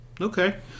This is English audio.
Okay